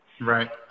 Right